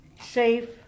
safe